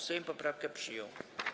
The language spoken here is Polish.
Sejm poprawkę przyjął.